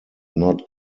not